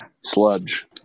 sludge